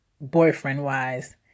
boyfriend-wise